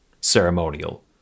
ceremonial